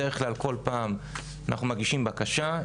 בדרך כלל כל פעם אנחנו מגישים בקשה,